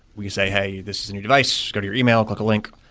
we say, hey, this is a new device. go to your email, click a link.